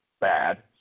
bad